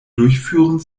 durchführen